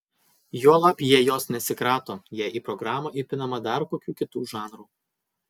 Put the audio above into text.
juolab jie jos nesikrato jei į programą įpinama dar kokių kitų žanrų